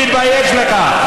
תתבייש לך.